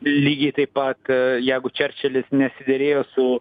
lygiai taip pat jeigu čerčilis nesiderėjo su